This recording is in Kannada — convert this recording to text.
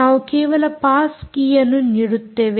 ನಾವು ಕೇವಲ ಪಾಸ್ ಕೀಯನ್ನು ನೀಡುತ್ತೇವೆ